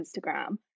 Instagram